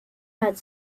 hard